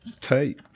Tight